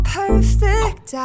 perfect